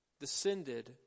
descended